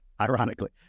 ironically